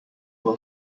will